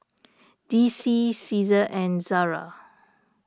D C Cesar and Zara